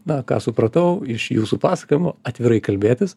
na ką supratau iš jūsų pasakojimų atvirai kalbėtis